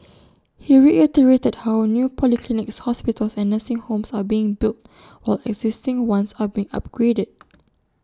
he reiterated how new polyclinics hospitals and nursing homes are being built while existing ones are being upgraded